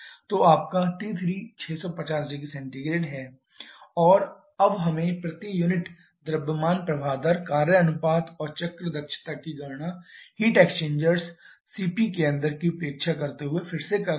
तो आपका T3650℃ और अब हमें प्रति यूनिट द्रव्यमान प्रवाह दर कार्य अनुपात और चक्र दक्षता की गणना हीट एक्सचेंजर्स cp के अंदर की उपेक्षा करते हुए फिर से करना है